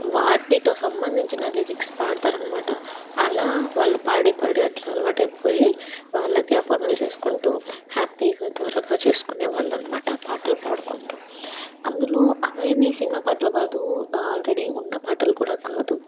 వాటితో సంబంధించిన లిరిక్స్ పాడతారన్నమాట అలా వాళ్ళు పాడి పాడి అలా అలవాటయిపోయి వాళ్ళకి ఆ పనులు చేసుకుంటూ హ్యాపీగా త్వరగా చేసుకునే వాళ్ళన్నమాట ఆ పాటలు పాడుకుంటూ అందులో అవేమి సినిమా పాటలు కాదు ఆల్రెడీ ఉన్న పాటలు కూడా కాదు